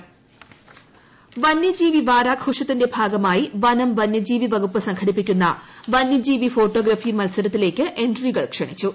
photography വന്യജീവി വാരാഘോഷത്തിന്റെ ഭാഗമായി വനം വന്യജീവി വകുപ്പ് സംഘടിപ്പിക്കുന്ന വന്യജീവി ഫോട്ടോഗ്രാഫി മത്സരത്തിലേക്ക് എൻട്രികൾ ക്ഷണിച്ചു